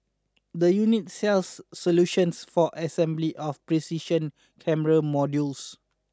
the unit sells solutions for assembly of precision camera modules